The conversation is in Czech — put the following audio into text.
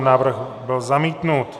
Návrh byl zamítnut.